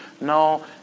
No